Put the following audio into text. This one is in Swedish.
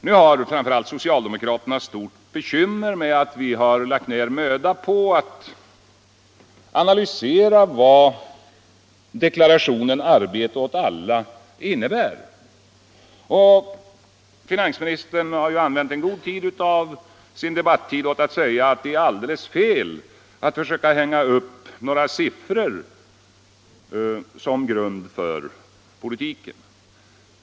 Nu har framför allt socialdemokraterna stora bekymmer med att vi har lagt ner möda på att analysera vad deklarationen arbete åt alla innebär, och finansministern har här använt en stor del av sin debattid för att säga att det är alldeles fel att försöka ange några siffror som grund för politiken.